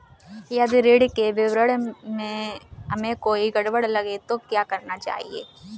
यदि ऋण के विवरण में हमें कोई गड़बड़ लगे तो क्या करना चाहिए?